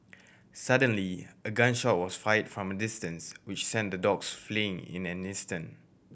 suddenly a gun shot was fired from a distance which sent the dogs fleeing in an instant